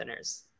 thinners